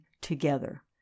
together